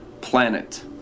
planet